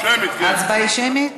ההצבעה היא שמית?